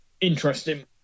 interesting